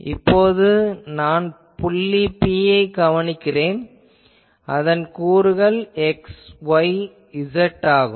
இப்போது நான் புள்ளி P ஐக் கவனிக்கிறேன் அதன் கூறுகள் xyz ஆகும்